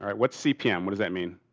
what's cpm? what does that mean?